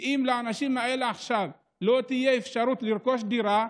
כי אם לאנשים האלה עכשיו לא תהיה אפשרות לרכוש דירה,